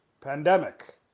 Pandemic